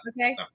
okay